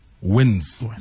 wins